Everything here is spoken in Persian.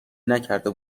نکرده